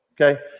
Okay